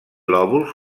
lòbuls